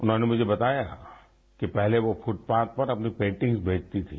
उन्होंने मुझे बताया कि पहले वो फुटपाथ पर अपनी पेन्टिंग्स बेचती थी